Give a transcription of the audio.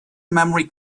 memory